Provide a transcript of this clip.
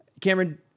Cameron